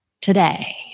today